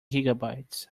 gigabytes